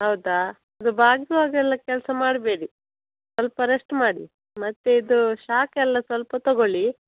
ಹೌದಾ ಇದು ಬಾಗಿಸೋ ಹಾಗೆಲ್ಲ ಕೆಲಸ ಮಾಡಬೇಡಿ ಸ್ವಲ್ಪ ರೆಸ್ಟ್ ಮಾಡಿ ಮತ್ತೆ ಇದು ಶಾಖ ಎಲ್ಲ ಸ್ವಲ್ಪ ತಗೊಳ್ಳಿ